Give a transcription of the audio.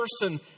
person